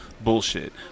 bullshit